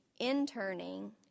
interning